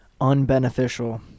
unbeneficial